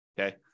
Okay